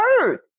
earth